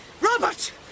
Robert